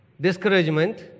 discouragement